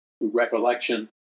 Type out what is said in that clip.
Recollection